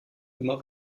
immer